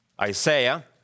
Isaiah